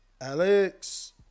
Alex